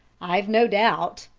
i've no doubt,